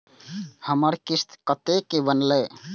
हमर किस्त कतैक बनले?